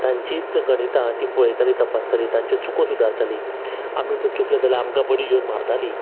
तांचीच गणिता तीं पळयताली तपासतालीं तांच्यो चुको सुधारतालीं आमी जर चुकलें जाल्यार आमकां बडी घेवून मारताली